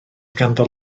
ganddo